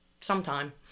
sometime